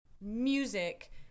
music